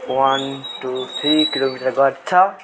one two three kilometre गर्छ